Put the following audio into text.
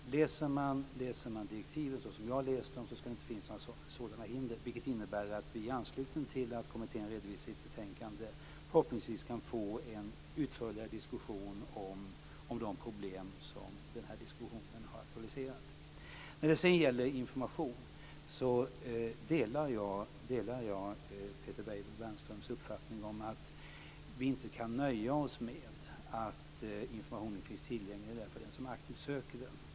Läser man direktiven så som jag har läst dem skall det inte finnas några sådana hinder, vilket innebär att vi i anslutning till att kommittén redovisar sitt betänkande förhoppningsvis kan få en utförligare diskussion om de problem som aktualiserats i den här debatten. När det sedan gäller information delar jag Peter Weibull Bernströms uppfattning om att vi inte kan nöja oss med att informationen inte finns tillgänglig för den som aktivt söker den.